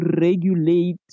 regulate